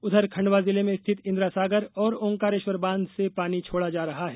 उधर खंडवा जिले में स्थित इंद्रासागर और ऑकारेश्वर बांध से पानी छोड़ा जा रहा है